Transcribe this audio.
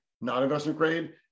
non-investment-grade